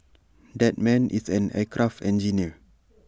that man is an aircraft engineer